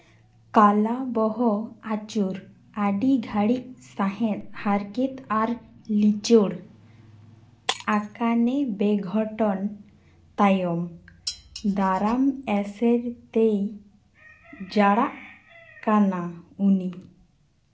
ᱠᱟᱞᱟ ᱵᱚᱦᱚᱜ ᱟᱹᱪᱩᱨ ᱟᱹᱰᱤ ᱜᱷᱟᱹᱲᱤᱡ ᱥᱟᱦᱮᱫ ᱦᱟᱨᱠᱮᱛ ᱟᱨ ᱞᱤᱪᱟᱹᱲ ᱟᱠᱟᱱᱮ ᱵᱮᱼᱜᱷᱚᱴᱚᱱ ᱛᱟᱭᱚᱢ ᱫᱟᱨᱟᱢ ᱮᱥᱮᱨᱛᱮᱭ ᱡᱟᱲᱟᱜ ᱠᱟᱱᱟ ᱩᱱᱤ